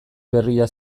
berria